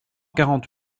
quarante